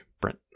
Brent